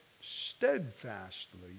steadfastly